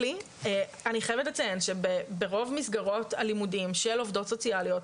אני חייבת לציין שברוב מסגרות הלימודים של עובדות סוציאליות,